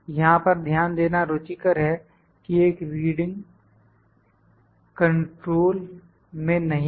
यहां पर ध्यान देना रुचिकर है कि एक रीडिंग कंट्रोल में नहीं है